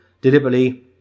deliberately